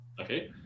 Okay